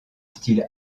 style